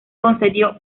concedió